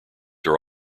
are